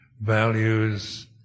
values